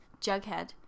Jughead